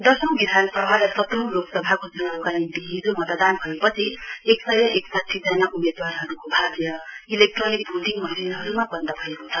दशौं विधानसभा र सत्रौं लोकसभाको चुनाउका हिजो मतदान भएपछि एक सय एकसाठी जना उम्मेदवारहरुको भाग्य इलेक्ट्रोनिक भोटिङ मशिनहरुमा वन्द भएको छ